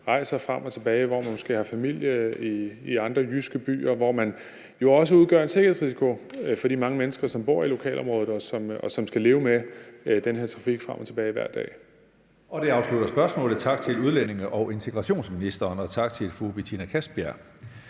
rejser frem og tilbage og måske har familie i andre jyske byer og jo også udgør en sikkerhedsrisiko for de mange mennesker, som bor i lokalområdet, og som skal leve med den her trafik frem og tilbage hver dag.